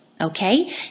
okay